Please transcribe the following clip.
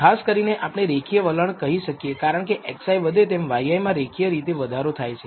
ખાસ કરીને આપણે રેખીય વલણ કહી શકીએ કારણકે xi વધે તેમ yi માં રેખીય રીતે વધારો થાય છે